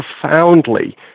profoundly